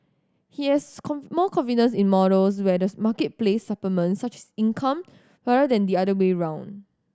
he has more confidence in models where the marketplace supplements such as income rather than the other way round